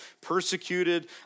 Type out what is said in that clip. persecuted